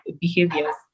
behaviors